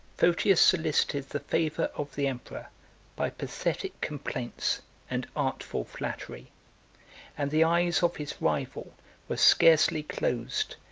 photius solicited the favor of the emperor by pathetic complaints and artful flattery and the eyes of his rival were scarcely closed,